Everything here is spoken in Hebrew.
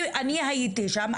אני הייתי שם,